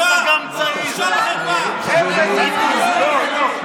צביקה, בצבא יש שם למה שאתה עושה עכשיו.